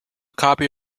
copy